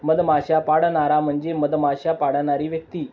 मधमाश्या पाळणारा म्हणजे मधमाश्या पाळणारी व्यक्ती